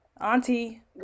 Auntie